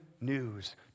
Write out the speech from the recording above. news